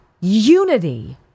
unity